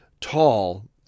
tall